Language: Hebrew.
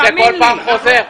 זה כל פעם חוזר.